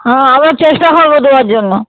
হাঁ আমরা চেষ্টা করবো দেওয়ার জন্য